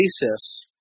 basis